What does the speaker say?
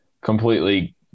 completely